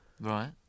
right